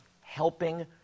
helping